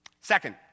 Second